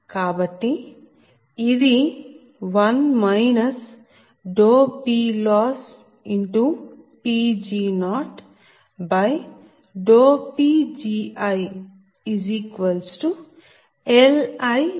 కాబట్టి ఇది 1 PLossPg0PgiLi 1